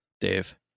Dave